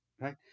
right